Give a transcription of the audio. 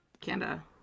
Canada